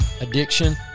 addiction